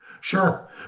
Sure